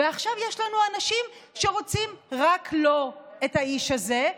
ועכשיו יש לנו אנשים שרוצים רק לא את האיש הזה,